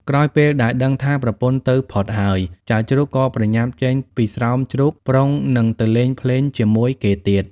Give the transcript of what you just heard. ក្រោយពេលដែលដឹងថា ប្រពន្ធទៅផុតហើយ ចៅជ្រូកក៏ប្រញាប់ចេញពីស្រោមជ្រូកប្រុងនឹងទៅលេងភ្លេងជាមួយគេទៀត។